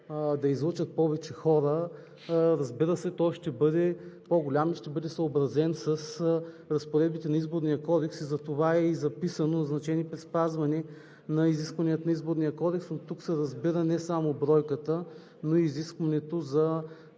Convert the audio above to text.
да излъчат повече хора, разбира се, той ще бъде по-голям и ще бъде съобразен с разпоредбите на Изборния кодекс. Затова е и записано: „от значение е при спазване на изискванията на Изборния кодекс“. Но тук се разбира не само бройката, но и изискването за